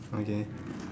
okay